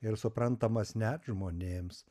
ir suprantamas net žmonėms